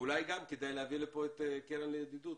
אולי גם כדאי להביא לפה את הקרן לידידות